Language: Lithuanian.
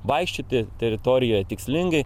vaikščioti teritorijoje tikslingai